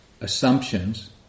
assumptions